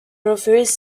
refuse